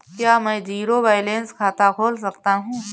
क्या मैं zero balance खाता खोल सकता हूँ?